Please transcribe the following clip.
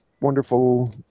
wonderful